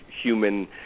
human